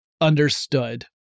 understood